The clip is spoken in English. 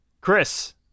Chris